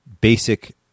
basic